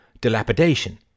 dilapidation